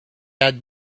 had